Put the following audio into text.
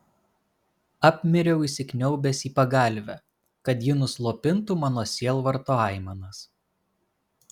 apmiriau įsikniaubęs į pagalvę kad ji nuslopintų mano sielvarto aimanas